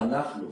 אנחנו.